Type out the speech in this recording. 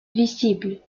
visible